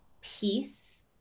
peace